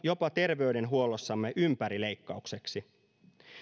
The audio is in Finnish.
jopa terveydenhuollossamme ympärileikkaukseksi